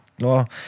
no